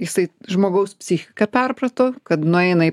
jisai žmogaus psichiką perprato kad nueina į